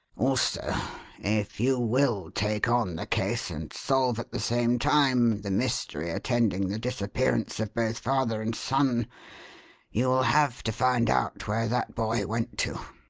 also if you will take on the case and solve at the same time the mystery attending the disappearance of both father and son you will have to find out where that boy went to,